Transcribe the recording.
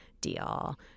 deal –